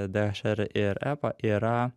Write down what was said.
dhr ir epa yra